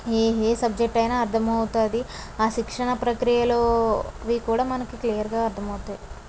ఏ ఏ సబ్జెక్టు అయినా అర్ధమవుతుంది ఆ శిక్షణ ప్రక్రియలోవి కూడా మనకు క్లియర్గా అర్థమవుతాయి